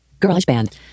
GarageBand